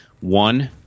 one